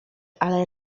ale